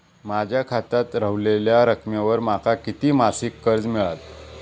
माझ्या खात्यात रव्हलेल्या रकमेवर माका किती मासिक कर्ज मिळात?